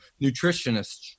nutritionists